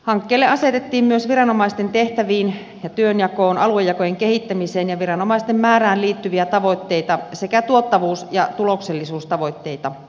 hankkeelle asetettiin myös viranomaisten tehtäviin ja työnjakoon aluejakojen kehittämiseen ja viranomaisten määrään liittyviä tavoitteita sekä tuottavuus ja tuloksellisuustavoitteita